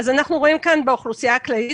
אנחנו רואים כאן את האוכלוסייה הכללית.